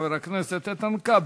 חבר הכנסת איתן כבל.